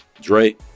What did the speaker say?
dre